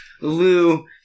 Lou